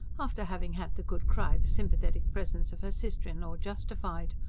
after having had the good cry the sympathetic presence of her sister-in-law justified.